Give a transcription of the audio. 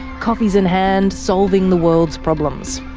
coffees in hand, solving the world's problems.